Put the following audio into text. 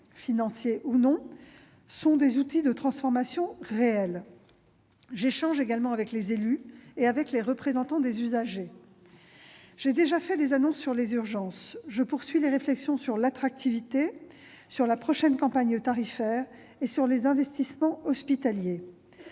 financiers ou non, sont des outils de transformation réels. Je dialogue également avec les élus et avec les représentants des usagers. J'ai déjà fait des annonces sur les urgences. Je poursuis les réflexions sur l'attractivité, sur la prochaine campagne tarifaire et sur les investissements hospitaliers.